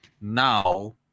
now